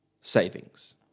Savings